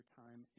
time